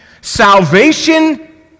salvation